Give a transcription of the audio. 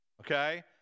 okay